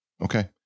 Okay